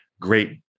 great